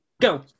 go